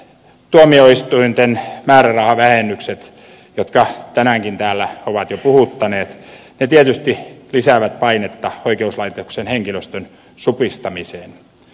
tuomioistuinten määrärahavähennykset jotka tänäänkin täällä ovat jo puhuttaneet tietysti lisäävät painetta oikeuslaitoksen henkilöstön supistamiseen